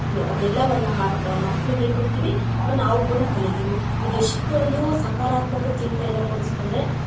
ಅದ್ನೆಲ್ಲವನ್ನ ಹಾಡು ಮಕ್ಳಿಗೆ ಹೇಳ್ಕೊಡ್ತಿವಿ ನಾವು ಕೂಡ ಕಲಿತಿವಿ ಇದು ಎಷ್ಟೊಂದು ಸಕರಾತ್ಮಕ ಚಿಂತನೆಯನ್ನು ಮೂಡಿಸ್ತು ಅಂದರೆ